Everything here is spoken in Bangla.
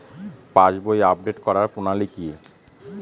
পাসবই আপডেট করার প্রণালী কি?